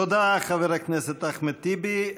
תודה, חבר הכנסת אחמד טיבי.